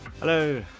Hello